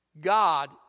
God